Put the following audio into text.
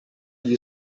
gli